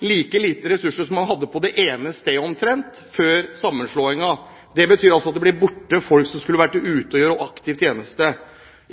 like lite ressurser som man hadde på det ene stedet før sammenslåingen. Det betyr altså at det blir borte folk som skulle vært ute for å gjøre aktiv tjeneste.